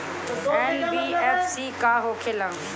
NBFC का होंखे ला?